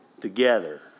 together